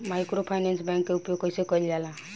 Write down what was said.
Microfinance bank के उपयोग कइसे कइल जाला?